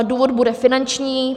Důvod bude finanční.